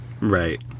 Right